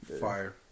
Fire